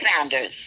Sanders